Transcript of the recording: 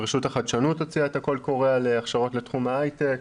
רשות החדשנות הוציאה קול קורא להכשרות לתחום ההייטק,